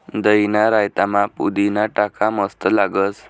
दहीना रायतामा पुदीना टाका मस्त लागस